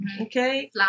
Okay